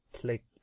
Click